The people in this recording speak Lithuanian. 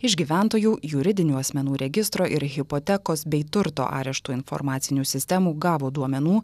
iš gyventojų juridinių asmenų registro ir hipotekos bei turto areštų informacinių sistemų gavo duomenų